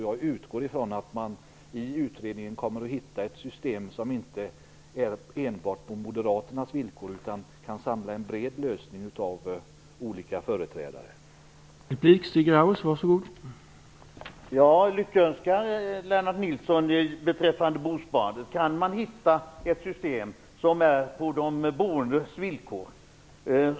Jag utgår från att man i utredningen kommer att hitta ett system som inte enbart är på Moderaternas villkor utan att man kommer att ta fram en bred lösning som företrädare från många olika partier kommer att kunna ställa sig bakom.